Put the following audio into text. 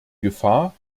gefahr